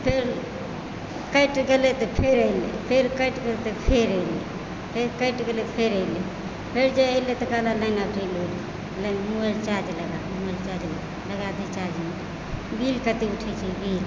फेर कटि गेलै तऽ फेर एलै फेर कटि गेलै फेर एलै फेर कटि गेलै फेर एलै फेर जे एलै तकर बाद लाइन रहैत छै मोबाइल चार्जमे लगा देलक मोबाइल लगा दे चार्जमे बिल कतेक उठैत छै बिल